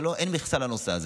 ואין מכסה לנושא הזה.